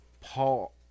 Paul